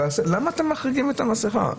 למה אתם מחריגים את המסכה?